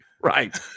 Right